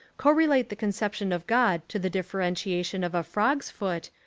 co-relate the conception of god to the differentiation of a frog's foot,